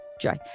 Joy